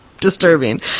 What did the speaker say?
Disturbing